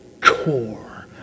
core